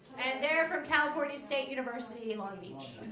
and they're from california state university long beach